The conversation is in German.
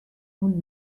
nun